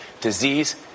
disease